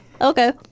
Okay